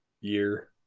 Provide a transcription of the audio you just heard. year